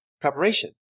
preparation